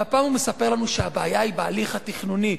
והפעם הוא מספר לנו שהבעיה היא בהליך התכנוני,